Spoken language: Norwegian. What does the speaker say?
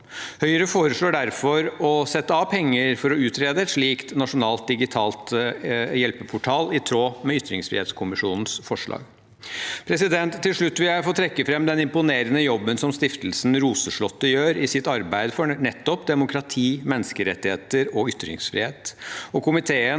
Høyre foreslår derfor å sette av penger for å utrede en slik nasjonal digital hjelpeportal, i tråd med ytringsfrihetskommisjonens forslag. Til slutt vil jeg få trekke fram den imponerende jobben stiftelsen Roseslottet gjør i sitt arbeid for demokrati, menneskerettigheter og ytringsfrihet. Komiteen